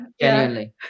genuinely